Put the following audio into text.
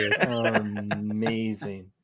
Amazing